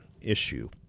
issue